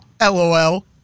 LOL